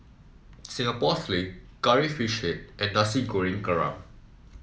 Singapore Sling Curry Fish Head and Nasi Goreng Kerang